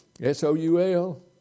S-O-U-L